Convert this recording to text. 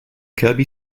kirby